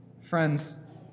Friends